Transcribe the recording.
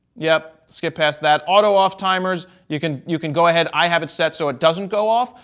yep, skip past that. auto off timers, you can you can go ahead. i have it set, so it doesn't go off,